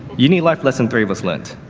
uni life lesson three was learnt.